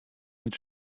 mit